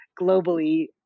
globally